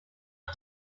out